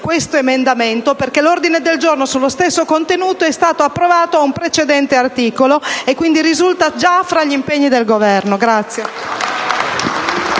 questo emendamento perche´ un ordine del giorno sullo stesso contenuto estato approvato con riferimento ad un precedente articolo e quindi risulta gia fra gli impegni del Governo.